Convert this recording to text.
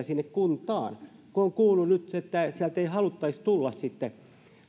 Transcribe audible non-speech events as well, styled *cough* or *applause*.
*unintelligible* sinne kuntaan kun olen kuullut nyt että sieltä ei haluttaisi tulla sitten